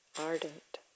ardent